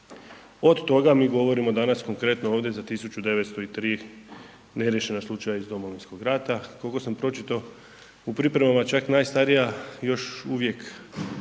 od toga mi govorimo danas konkretno ovdje za 1.903 neriješena slučaja iz Domovinskog rata. Koliko sam pročito u pripremama čak najstarija još uvijek